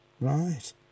Right